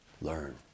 learn